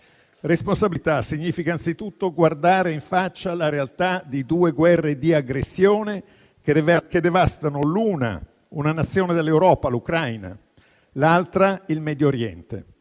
Responsabilità significa anzitutto guardare in faccia la realtà di due guerre di aggressione che devastano l'una una Nazione dell'Europa, l'Ucraina, l'altra il Medio Oriente.